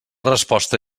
resposta